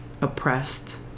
oppressed